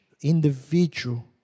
individual